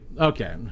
Okay